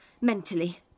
mentally